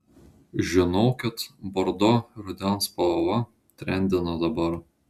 žinokit bordo rudens spalva trendina dabar